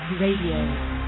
Radio